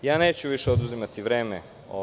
Neću više oduzimati vreme.